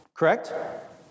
correct